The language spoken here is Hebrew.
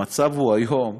המצב היום,